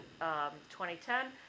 2010